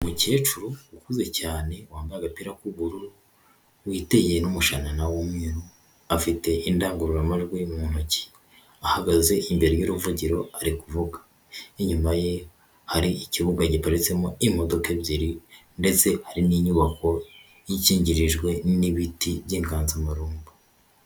Umukecuru ukuze cyane wambaye agapira k'ubururu, witeye n'umushanana w'umweru, afite indangururamanjwi mu ntoki, ahagaze imbere y'uruvugiro ari kuvuga, inyuma ye hari ikibuga giparitsemo imodoka ebyiri ndetse hari n'inyubako ikingirijwe n'ibiti by'inganzamarumbo.